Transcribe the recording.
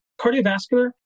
Cardiovascular